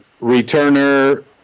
returner